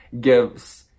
gives